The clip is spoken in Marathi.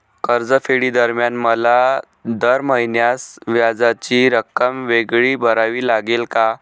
कर्जफेडीदरम्यान मला दर महिन्यास व्याजाची रक्कम वेगळी भरावी लागेल का?